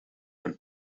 een